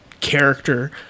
character